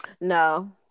No